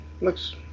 Looks